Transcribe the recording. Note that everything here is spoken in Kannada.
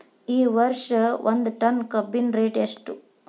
ಈ ವರ್ಷ ಒಂದ್ ಟನ್ ಕಬ್ಬಿನ ರೇಟ್ ಎಷ್ಟು?